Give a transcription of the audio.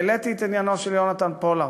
העליתי את עניינו של יונתן פולארד,